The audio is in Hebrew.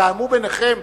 תתאמו ביניכם,